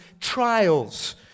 trials